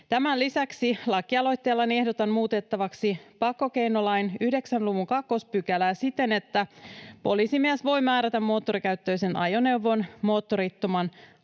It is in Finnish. Tämän lisäksi lakialoitteellani ehdotan muutettavaksi pakkokeinolain 9 luvun 2 §:ää siten, että poliisimies voi määrätä moottorikäyttöisen ajoneuvon, moottorittoman ajoneuvon,